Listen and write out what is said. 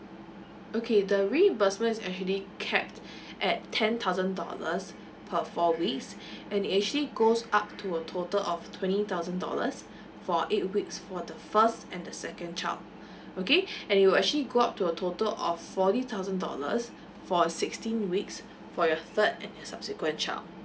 okay the reimbursement is actually cap at ten thousand dollars per four weeks and it actually goes up to a total of twenty thousand dollars for eight weeks for the first and the second child okay and it will actually go out to a total of forty thousand dollars for a sixteen weeks for your third and and your subsequent child